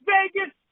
Vegas